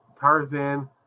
Tarzan